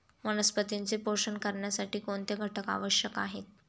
वनस्पतींचे पोषण करण्यासाठी कोणते घटक आवश्यक आहेत?